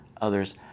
others